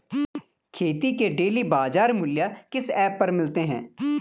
खेती के डेली बाज़ार मूल्य किस ऐप पर मिलते हैं?